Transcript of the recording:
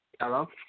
Hello